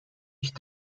ich